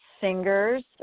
singers